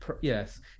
Yes